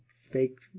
fake